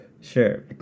sure